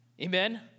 Amen